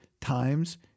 times